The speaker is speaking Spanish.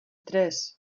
tres